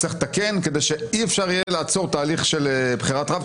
כדי שאי-אפשר יהיה לעצור תהליך של בחירת רב,